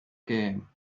came